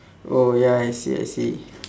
oh ya I see I see